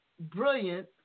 brilliant